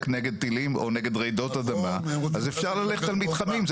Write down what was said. נגד טילים או נגד רעידות אדמה אז אפשר ללכת על מתחמים.